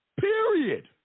Period